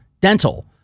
dental